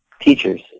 teachers